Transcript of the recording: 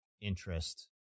interest